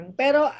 pero